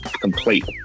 complete